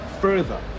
further